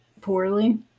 poorly